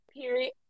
Period